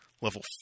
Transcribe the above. level